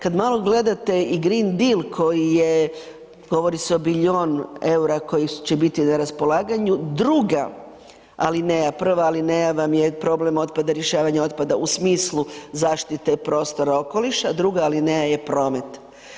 Kada malo gledate i Green Deal koji je govori se o bilijun eura koji će biti na raspolaganju druga alineja, prva alineja vam je problem otpada, rješavanje otpada u smislu zaštite prostora i okoliša, druga alineja je promet.